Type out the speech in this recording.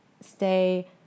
stay